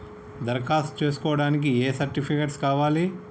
దరఖాస్తు చేస్కోవడానికి ఏ సర్టిఫికేట్స్ కావాలి?